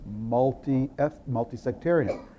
multi-sectarian